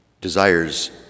desires